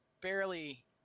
barely